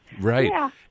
right